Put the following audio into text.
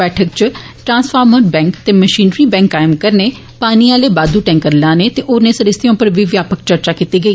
बैठक च transformer bank ते मषीनरी बैंक कायम करने पानी आले बाददू टैंकर लाने ते होरने सरिस्तें उप्पर बी व्यापक चर्चा कीती गेई